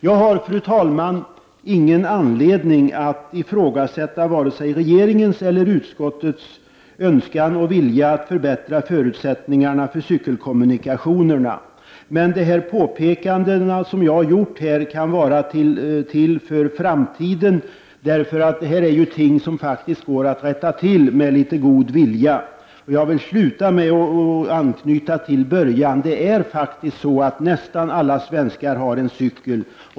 Jag har, fru talman, ingen anledning att ifrågasätta vare sig regeringens eller utskottets önskan och vilja att förbättra förutsättningarna för cykelkommunikationerna, men de påpekanden som jag har gjort här kan vara av värde för framtiden. Det här är ju ting som går att rätta till med litet god vilja. Jag vill sluta mitt anförande med att anknyta till början: Nästan alla svenskar har en cykel.